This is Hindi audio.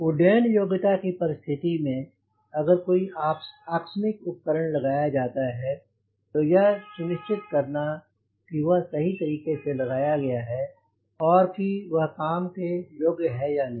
उड्डयन योग्यता की परिस्थिति में अगर कोई आकस्मिक उपकरण लगाया जाता है तो यह सुनिश्चित करना कि वह सही तरीके से लगाया गया है और कि वह काम के योग्य है या नहीं